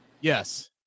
Yes